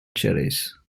cherries